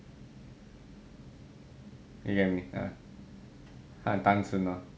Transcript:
他很单纯 lor